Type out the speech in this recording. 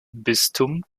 bistum